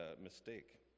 mistake